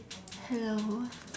hello